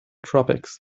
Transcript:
tropics